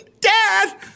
Dad